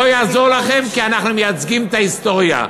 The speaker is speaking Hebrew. לא יעזור לכם, כי אנחנו מייצגים את ההיסטוריה,